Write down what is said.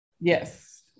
Yes